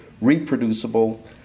reproducible